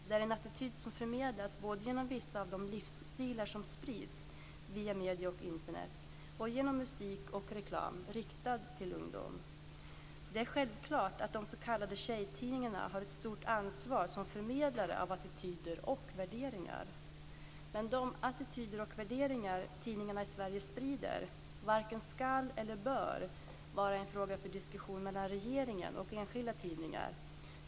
Det är en attityd som förmedlas både genom vissa av de livsstilar som sprids via medier och Internet och genom musik och reklam riktad till ungdom. Det är självklart att de s.k. tjejtidningarna har ett stort ansvar som förmedlare av attityder och värderingar. Men de attityder och värderingar som tidningarna i Sverige sprider varken ska eller bör vara en fråga för diskussion mellan regeringen och enskilda tidningar.